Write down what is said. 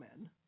Men